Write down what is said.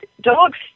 dogs